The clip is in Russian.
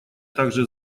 также